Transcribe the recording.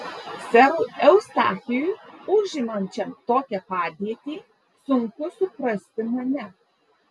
serui eustachijui užimančiam tokią padėtį sunku suprasti mane